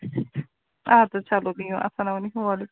اَدسہ چلو بِہیُو اسلامُ علیکُم وعلیکُم